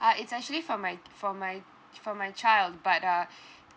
uh it's actually for my for my for my child but uh